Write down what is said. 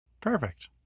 Perfect